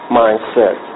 mindset